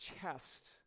chest